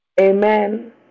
Amen